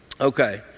Okay